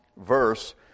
verse